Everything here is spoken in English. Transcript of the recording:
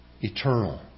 eternal